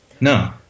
No